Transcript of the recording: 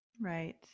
right